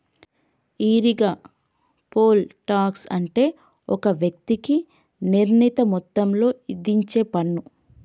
ఈరిగా, poll tax అంటే ఒక వ్యక్తికి నిర్ణీత మొత్తంలో ఇధించేపన్ను